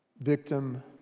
victim